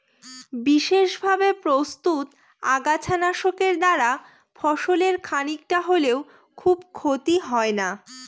বিশেষভাবে প্রস্তুত আগাছা নাশকের দ্বারা ফসলের খানিকটা হলেও খুব ক্ষতি হয় না